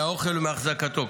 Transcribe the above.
מהאוכל ומהחזקתו.